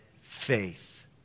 faith